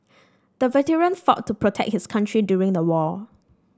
the veteran fought to protect his country during the war